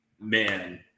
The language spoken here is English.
man